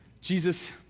Jesus